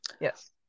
Yes